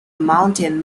mountain